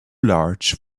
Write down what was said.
large